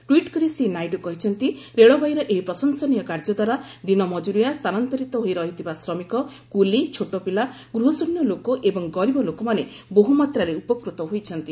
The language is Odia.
ଟ୍ୱିଟ୍ କରି ଶ୍ରୀ ନାଇଡୁ କହିଛନ୍ତି ରେଳବାଇର ଏହି ପ୍ରଶଂସନୀୟ କାର୍ଯ୍ୟ ଦ୍ୱାରା ଦିନମଜୁରିଆ ସ୍ଥାନାନ୍ତରିତ ହୋଇ ରହିଥିବା ଶ୍ରମିକ କୁଲି ଛୋଟପିଲା ଗୃହଶ୍ଚନ୍ୟ ଲୋକ ଏବଂ ଗରିବ ଲୋକମାନେ ବହୁମାତ୍ରାରେ ଉପକୃତ ହୋଇଛନ୍ତି